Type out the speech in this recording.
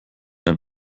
ein